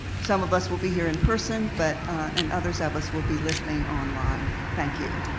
some of us will be here in person but and others of us will be listening online, thank you.